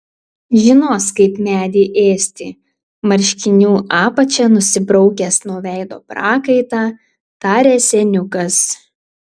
žinos kaip medį ėsti marškinių apačia nusibraukęs nuo veido prakaitą tarė seniukas